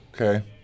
Okay